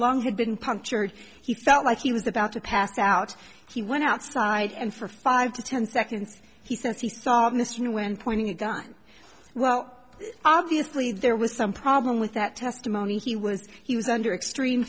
long had been punctured he felt like he was about to pass out he went outside and for five to ten seconds he says he saw you know when pointing a gun well obviously there was some problem with that testimony he was he was under extreme